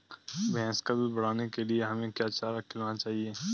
भैंस का दूध बढ़ाने के लिए हमें क्या चारा खिलाना चाहिए?